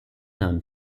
known